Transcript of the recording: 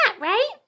right